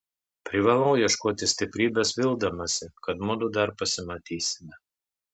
privalau ieškoti stiprybės vildamasi kad mudu dar pasimatysime